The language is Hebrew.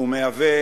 והוא מהווה